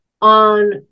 on